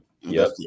Yes